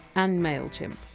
and mailchimp.